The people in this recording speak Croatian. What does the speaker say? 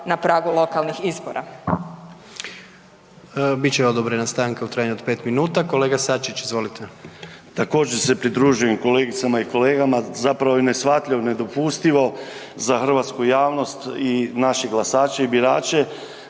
na pragu lokalnih izbora.